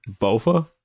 bofa